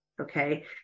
Okay